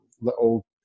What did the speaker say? little